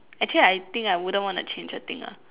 actually I think I wouldn't want to change a thing lah